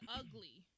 ugly